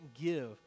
give